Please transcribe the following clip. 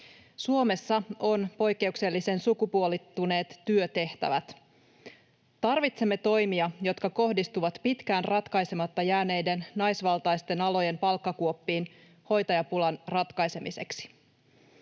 Suomessa on poikkeuksellisen sukupuolittuneet työtehtävät. Hoitajapulan ratkaisemiseksi tarvitsemme toimia, jotka kohdistuvat pitkään ratkaisematta jääneiden naisvaltaisten alojen palkkakuoppiin. Kun esimerkiksi